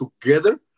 together